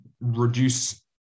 reduce